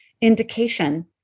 indication